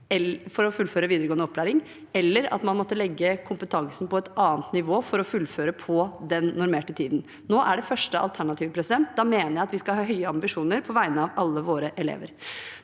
for å fullføre videregående opplæring, eller at man måtte legge kompetansen på et annet nivå for å fullføre på den normerte tiden. Nå er det første alternativet. Da mener jeg at vi skal ha høye ambisjoner på vegne av alle våre elever.